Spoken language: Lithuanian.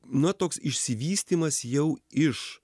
na toks išsivystymas jau iš